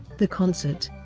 the concert,